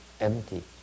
empty